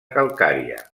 calcària